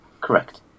Correct